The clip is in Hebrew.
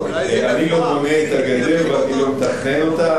אני לא בונה את הגדר ואני לא מתכנן אותה.